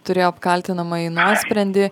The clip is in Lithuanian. turėjo apkaltinamąjį nuosprendį